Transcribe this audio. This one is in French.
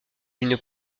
une